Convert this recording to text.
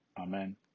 Amen